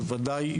בוודאי,